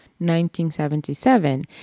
1977